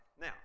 Now